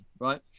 right